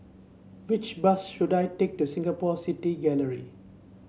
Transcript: which bus should I take to Singapore City Gallery